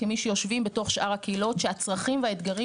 כמי שיושבים בתוך שאר הקהילות שהצרכים והאתגרים